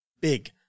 big